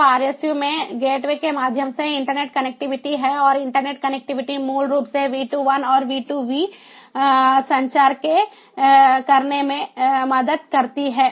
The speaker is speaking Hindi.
तो RSU में गेटवे के माध्यम से इंटरनेट कनेक्टिविटी है और इंटरनेट कनेक्टिविटी मूल रूप से V2I और V2V संचार करने में मदद करती है